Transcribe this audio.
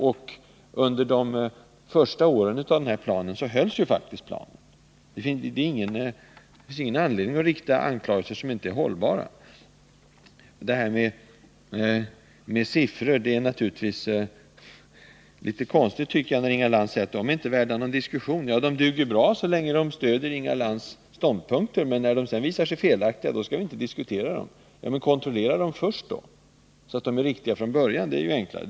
Och under de första åren som planen omfattar höll ju faktiskt planen! Det finns ingen anledning att komma med anklagelser som inte stämmer. Nu säger Inga Lantz att siffrorna inte är värda någon diskussion. De duger tydligen bra så länge de stöder Inga Lantz ståndpunkt. Men när de sedan visar sig felaktiga skall vi inte diskutera dem. Kontrollera dem då först, så att de är riktiga från början! Det är ju enklare.